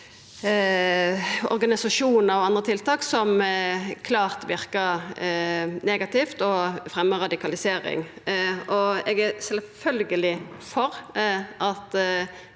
organisasjonar og andre tiltak som klart verkar negativt og fremjar radikalisering. Eg er sjølvsagt for at